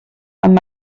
amb